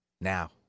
Now